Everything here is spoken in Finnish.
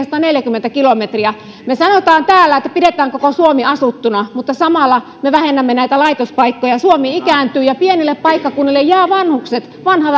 sataneljäkymmentä kilometriä me sanomme täällä että pidetään koko suomi asuttuna mutta samalla me vähennämme näitä laitospaikkoja suomi ikääntyy ja pienille paikkakunnille jäävät vanhukset vanha